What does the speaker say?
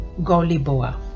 Goliboa